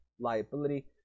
liability